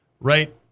right